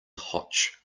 hotch